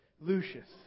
Lucius